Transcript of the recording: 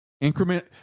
Increment